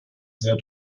sehr